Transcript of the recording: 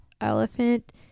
elephant